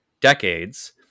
decades